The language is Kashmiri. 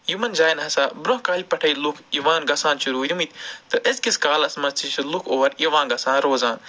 یِمَن جایَن ہسا برونٛہہ کالہِ پٮ۪ٹھٕے لُکھ یِوان گژھان چھِ روٗدۍ مٕتۍ تہٕ أزکِس کالَس منٛز تہِ چھِ لُکھ اور یِوان گژھان روزان